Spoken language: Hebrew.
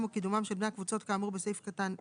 או קידומם של בני הקבוצות כאמור בסעיף קטן (ב),